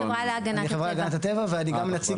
אני החברה להגנת הטבע ואני גם נציג